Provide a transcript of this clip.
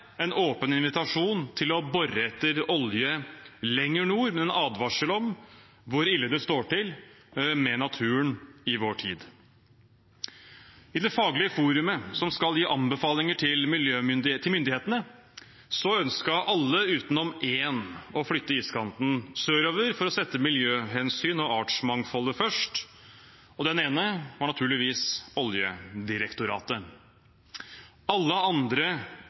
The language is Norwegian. en åpen invitasjon til å bore etter olje lenger nord, men en advarsel om hvor ille det står til med naturen i vår tid. I det faglige forumet som skal gi anbefalinger til myndighetene, ønsket alle utenom én å flytte iskanten sørover for å sette miljøhensyn og artsmangfold først, og den ene var naturligvis Oljedirektoratet. Alle andre